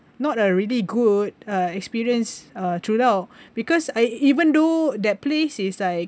not a really good uh experience uh throughout because I even though that place is like